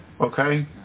Okay